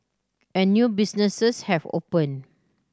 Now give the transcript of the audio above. and new businesses have opened